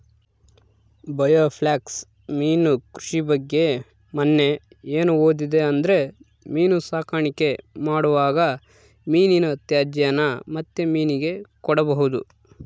biofloc ಮೀನು ಕೃಷಿ ಬಗ್ಗೆ ಮನ್ನೆ ಏನು ಓದಿದೆ ಅಂದ್ರೆ ಮೀನು ಸಾಕಾಣಿಕೆ ಮಾಡುವಾಗ ಮೀನಿನ ತ್ಯಾಜ್ಯನ ಮತ್ತೆ ಮೀನಿಗೆ ಕೊಡಬಹುದು